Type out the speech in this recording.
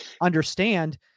understand